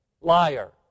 liar